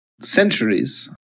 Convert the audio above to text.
centuries